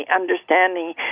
understanding